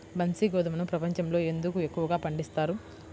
బన్సీ గోధుమను ప్రపంచంలో ఎందుకు ఎక్కువగా పండిస్తారు?